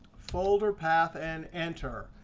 folder path, and enter.